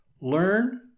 Learn